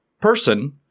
person